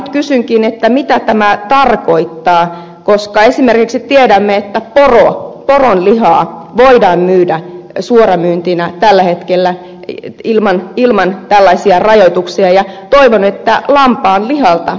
nyt kysynkin mitä tämä tarkoittaa koska esimerkiksi tiedämme että poronlihaa voidaan myydä suoramyyntinä tällä hetkellä ilman tällaisia rajoituksia ja toivon että ne lampaanlihalta myöskin poistuisivat